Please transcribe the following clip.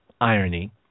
irony